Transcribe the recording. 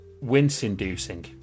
wince-inducing